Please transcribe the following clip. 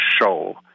show